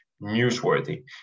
newsworthy